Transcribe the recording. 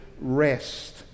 rest